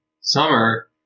summer